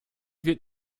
wird